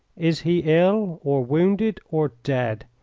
is he ill, or wounded, or dead?